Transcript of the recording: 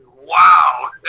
wow